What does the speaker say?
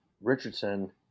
Richardson